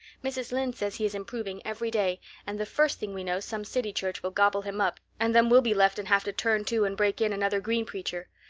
mrs. lynde says he is improving every day and the first thing we know some city church will gobble him up and then we'll be left and have to turn to and break in another green preacher.